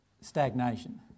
stagnation